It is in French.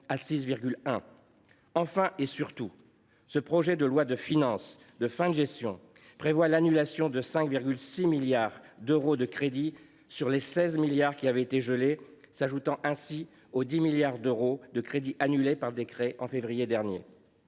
Enfin, et surtout, ce projet de loi de finances de fin de gestion prévoit l’annulation de 5,6 milliards d’euros de crédits sur les 16 milliards d’euros qui avaient été gelés, s’ajoutant ainsi aux 10 milliards d’euros de crédits annulés par décret en février dernier.